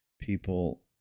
people